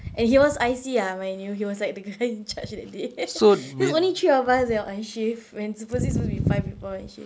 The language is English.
and he was I_C ah mind you he was like the guy in charge that day there was only three of us eh on shift when supposedly it was supposed to be five people on shift